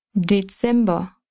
December